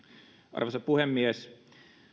arvoisa puhemies